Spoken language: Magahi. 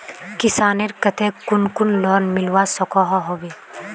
किसानेर केते कुन कुन लोन मिलवा सकोहो होबे?